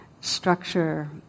structure